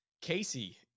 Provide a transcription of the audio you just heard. Casey